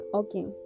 okay